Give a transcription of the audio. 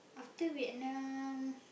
after Vietnam